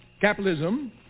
Capitalism